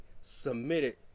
submitted